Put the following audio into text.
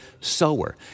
sower